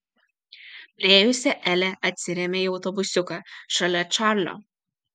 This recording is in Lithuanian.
priėjusi elė atsirėmė į autobusiuką šalia čarlio